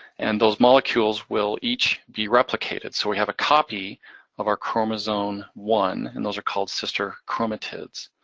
and those molecules will each be replicated. so we have a copy of our chromosome one, and those are called sister chromatids.